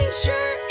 sure